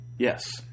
Yes